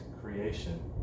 creation